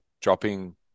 dropping